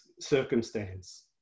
circumstance